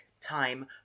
time